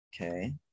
okay